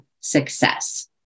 success